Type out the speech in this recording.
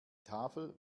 tafel